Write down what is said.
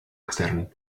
extern